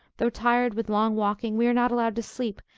though tired with long walking, we are not allowed to sleep,